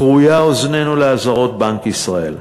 כרויה אוזננו לאזהרות בנק ישראל,